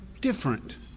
different